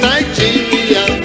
Nigeria